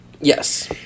Yes